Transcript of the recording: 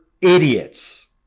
idiots